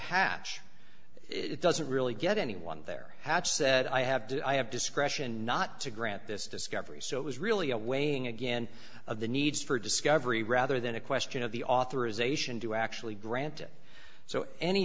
hatch it doesn't really get anyone there hatch said i have to i have discretion not to grant this discovery so it was really a weighing again of the need for discovery rather than a question of the authorization to actually grant it so any